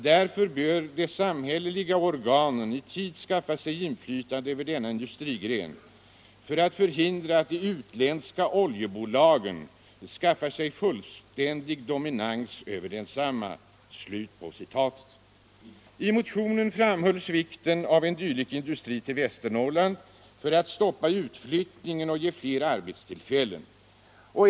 Därför bör de samhälleliga organen i tid skaffa sig inflytande över denna industrigren för att förhindra att de utländska oljebolagen skaffar sig fullständig dominans över densamma.” I motionen framhölls vikten av att förlägga en dylik industri till Västernorrland för att stoppa utflyttningen och ge fler människor arbetstillfällen.